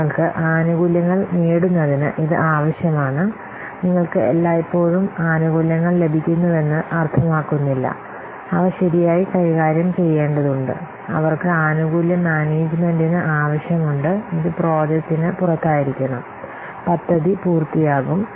നിങ്ങൾക്ക് ആനുകൂല്യങ്ങൾ നേടുന്നതിന് ഇത് ആവശ്യമാണ് നിങ്ങൾക്ക് എല്ലായ്പ്പോഴും ആനുകൂല്യങ്ങൾ ലഭിക്കുന്നുവെന്ന് അർത്ഥമാക്കുന്നില്ല അവ ശരിയായി കൈകാര്യം ചെയ്യേണ്ടതുണ്ട് അവർക്ക് ആനുകൂല്യ മാനേജ്മെന്റിന് ആവശ്യമുണ്ട് ഇത് പ്രോജക്റ്റിന് പുറത്തായിരിക്കണം പദ്ധതി പൂർത്തിയാകും